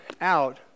out